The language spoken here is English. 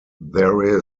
there